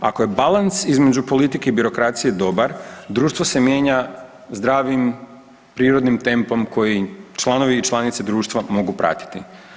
Ako je balans između politike i birokracije dobar društvo se mijenja zdravim, prirodnim tempom koji članovi i članice društva mogu pratiti.